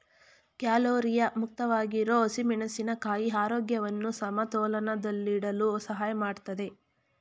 calorie ಮುಕ್ತವಾಗಿರೋ ಹಸಿಮೆಣಸಿನ ಕಾಯಿ ಆರೋಗ್ಯವನ್ನು ಸಮತೋಲನದಲ್ಲಿಡಲು ಸಹಾಯ ಮಾಡ್ತದೆ